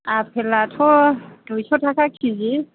आपेलाथ' दुइस' थाखा किजि